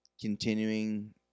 continuing